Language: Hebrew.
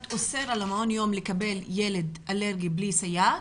אוסר על מעונות היום לקבל ילד אלרגי בלי סייעת,